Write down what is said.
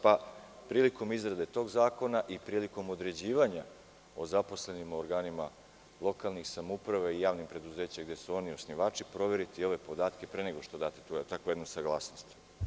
Prilikom izrade tog zakona i prilikom određivanja o zaposlenima u organima lokalnih samouprava i javnih preduzeća, gde su oni osnivači, proveriti ove podatke pre nego što date jednu takvu saglasnost.